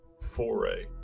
foray